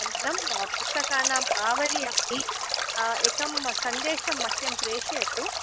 अनन्तरं पुस्तकानाम् आवलिम् अपि एकं सन्देशं मह्यं प्रेषयतु